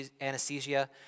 anesthesia